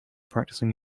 practicing